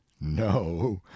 no